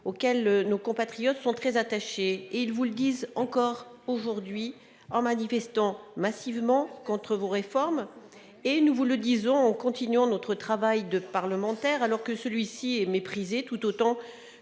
auxquels nos compatriotes sont très attachés. Ils vous le disent encore aujourd'hui en manifestant massivement contre vos réformes et nous vous le disons, en continuant de faire notre travail de parlementaire alors que celui-ci est méprisé, tout autant